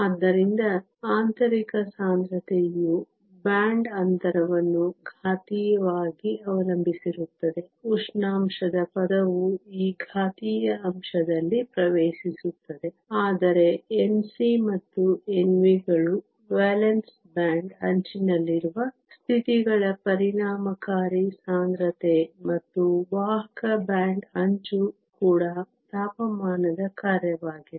ಆದ್ದರಿಂದ ಆಂತರಿಕ ಸಾಂದ್ರತೆಯು ಬ್ಯಾಂಡ್ ಅಂತರವನ್ನು ಘಾತೀಯವಾಗಿ ಅವಲಂಬಿಸಿರುತ್ತದೆ ಉಷ್ಣಾಂಶದ ಪದವು ಈ ಘಾತೀಯ ಅಂಶದಲ್ಲಿ ಪ್ರವೇಶಿಸುತ್ತದೆ ಆದರೆ Nc ಮತ್ತು Nv ಗಳು ವೇಲೆನ್ಸ್ ಬ್ಯಾಂಡ್ ಅಂಚಿನಲ್ಲಿರುವ ಸ್ಥಿತಿಗಳ ಪರಿಣಾಮಕಾರಿ ಸಾಂದ್ರತೆ ಮತ್ತು ವಾಹಕ ಬ್ಯಾಂಡ್ ಅಂಚು ಕೂಡ ತಾಪಮಾನದ ಕಾರ್ಯವಾಗಿದೆ